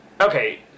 Okay